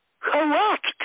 Correct